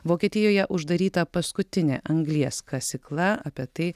vokietijoje uždaryta paskutinė anglies kasykla apie tai